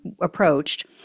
approached